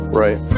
right